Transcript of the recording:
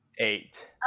Eight